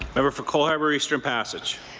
member for cole harbour-eastern passage.